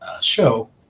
show